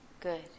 Good